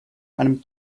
einem